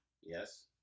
Yes